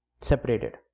separated